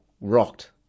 rocked